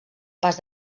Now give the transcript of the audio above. pas